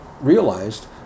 realized